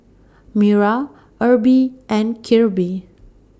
Mira Erby and Kirby